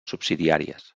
subsidiàries